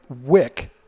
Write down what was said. wick